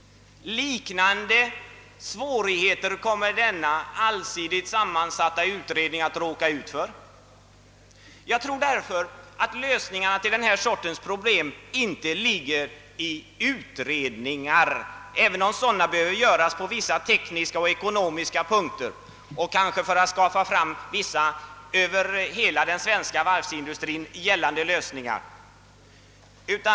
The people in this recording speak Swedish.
Liknande svårigheter kommer denna allsidigt sammansatta utredning att råka ut för. Jag tror därför att lösningarna på denna sorts problem inte ligger i utredningar, även om sådana behöver göras på vissa tekniska och ekonomiska punkter och kanske för att få fram vissa för hela den svenska varvsindustrin gällande lösningar.